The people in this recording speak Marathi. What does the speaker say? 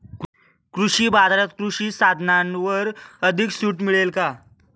कृषी बाजारात कृषी साधनांवर अधिक सूट मिळेल का?